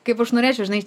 kaip aš norėčiau žinai